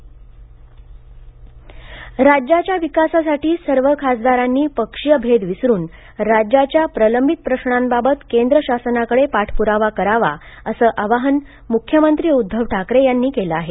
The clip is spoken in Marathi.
खासदार बैठक राज्याच्या विकासासाठी सर्व खासदारांनी पक्षीय भेद विसरून राज्याच्या प्रलंबित प्रश्नांबाबत केंद्र शासनाकडे पाठप्रावा करावा असे आवाहन मुख्यमंत्री उद्धव ठाकरे यांनी केले आहे